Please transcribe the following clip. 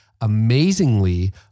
amazingly